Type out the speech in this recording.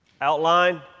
outline